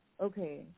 okay